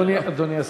אדוני השר,